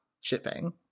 shipping